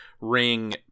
ring